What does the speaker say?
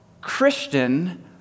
Christian